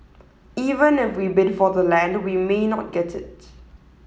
even if we bid for the land we may not get it